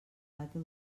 data